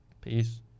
Peace